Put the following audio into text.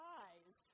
eyes